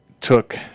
took